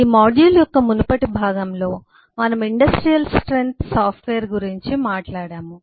ఈ మాడ్యూల్ యొక్క మునుపటి భాగంలో మనము ఇండస్ట్రియల్ స్ట్రెంత్ సాఫ్ట్వేర్ గురించి మాట్లాడాము